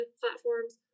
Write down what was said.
platforms